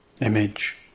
image